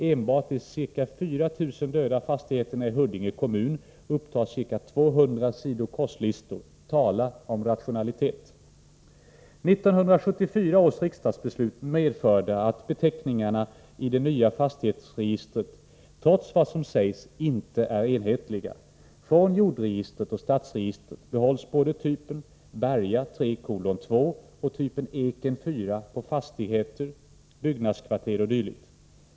Enbart de ca 4 000 döda fastigheterna i Huddinge kommun upptar ca 200 sidor korslistor. Tala om rationalitet! 1974 års riksdagsbeslut medförde att beteckningarna i det nya fastighetsregistret trots vad som sägs inte är enhetliga. Från jordregistret och stadsregistret behålls både typ Berga 3:2 och typen Eken 4 på fastigheter, byggnadskvarter o.d.